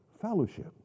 fellowship